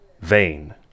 vain